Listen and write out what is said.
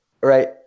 right